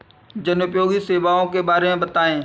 जनोपयोगी सेवाओं के बारे में बताएँ?